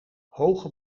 hoge